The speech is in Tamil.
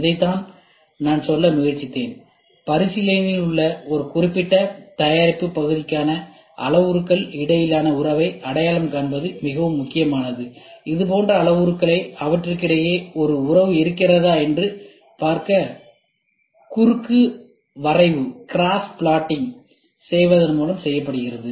இதைத்தான் நான் சொல்ல முயற்சித்தேன் பரிசீலனையில் உள்ள ஒரு குறிப்பிட்ட தயாரிப்பு பகுதிக்கான அளவுருக்களுக்கு இடையிலான உறவை அடையாளம் காண்பது மிகவும் முக்கியமானது இதுபோன்ற அளவுருக்களை அவற்றுக்கிடையே ஒரு உறவு இருக்கிறதா என்று பார்க்க குறுக்கு வரைவு செய்வதன் மூலம் இது செய்யப்படுகிறது